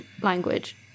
language